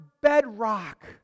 bedrock